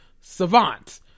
Savant